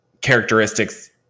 characteristics